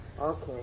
Okay